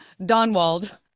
Donwald